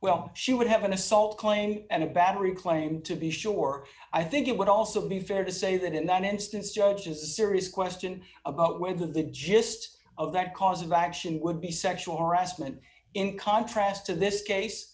well she would have an assault claim and a battery claim to be sure i think it would also be fair to say that in that instance judge is a serious question about whether the gist of that cause of action would be sexual harassment in contrast to this case